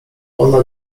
ona